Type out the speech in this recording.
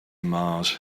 mars